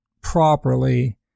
properly